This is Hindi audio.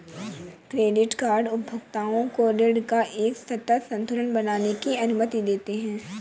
क्रेडिट कार्ड उपभोक्ताओं को ऋण का एक सतत संतुलन बनाने की अनुमति देते हैं